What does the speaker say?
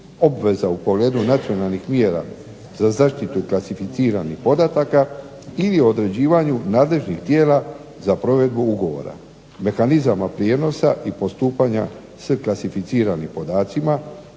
obveza u pogledu nacionalnih mjera za zaštitu klasificiranih podataka ili određivanju nadležnih tijela za provedbu ugovora, mehanizama prijenosa i postupanja s klasificiranim podacima,